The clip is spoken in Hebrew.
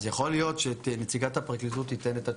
יכול להיות שנציגת הפרקליטות תיתן את התשובות.